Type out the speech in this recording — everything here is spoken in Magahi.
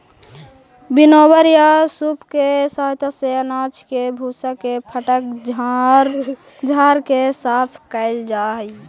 विनोवर या सूप के सहायता से अनाज के भूसा के फटक झाड़ के साफ कैल जा हई